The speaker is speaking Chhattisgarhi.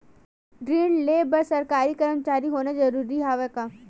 ऋण ले बर सरकारी कर्मचारी होना जरूरी हवय का?